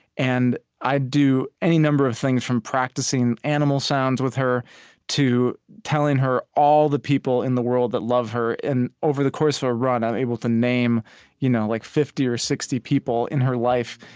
and i do any number of things, from practicing animal sounds with her to telling her all the people in the world that love her, and over the course of a run, i'm able to name you know like fifty or sixty people in her life.